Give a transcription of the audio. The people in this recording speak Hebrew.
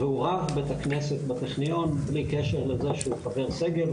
והוא רב בית הכנסת בטכניון בלי קשר לזה שהוא חבר סגל,